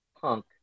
punk